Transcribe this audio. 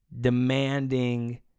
demanding